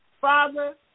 Father